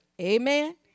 Amen